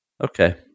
okay